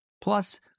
Plus